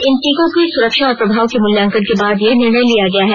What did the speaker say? इन टीकों की सुरक्षा और प्रभाव के मूल्यांकन के बाद यह निर्णय लिया गया है